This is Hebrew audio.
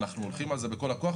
אנחנו הולכים על זה בכל הכוח.